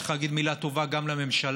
צריך לומר מילה טובה גם לממשלה,